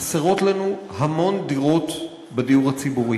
חסרות לנו המון דירות בדיור הציבור,